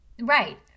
Right